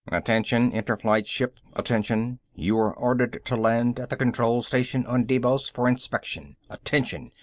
attention, inner-flight ship! attention! you are ordered to land at the control station on deimos for inspection. attention!